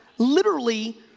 literally,